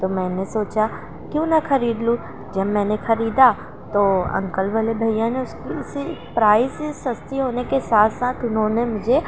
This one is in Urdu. تو میں نے سوچا کیوں نہ خرید لوں جب میں نے خریدا تو انکل والے بھیا نے اس پرائزیز سے سستی ہونے کے ساتھ ساتھ انہوں نے مجھے